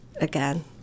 again